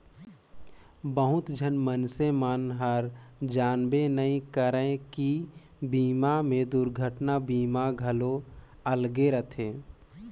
बहुत झन मइनसे मन हर जानबे नइ करे की बीमा मे दुरघटना बीमा घलो अलगे ले रथे